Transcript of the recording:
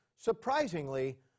Surprisingly